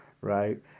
right